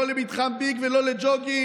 לא למתחם ביג ולא לג'וגינג?